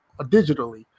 digitally